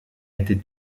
été